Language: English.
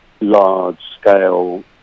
large-scale